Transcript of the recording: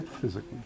physically